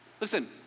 Listen